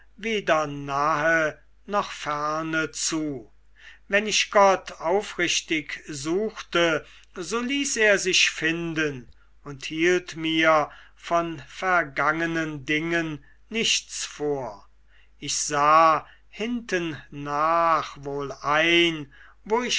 weder nahe noch ferne zu wenn ich gott aufrichtig suchte so ließ er sich finden und hielt mir von vergangenen dingen nichts vor ich sah hintennach wohl ein wo ich